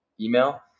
email